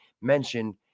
mentioned